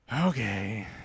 okay